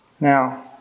Now